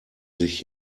sich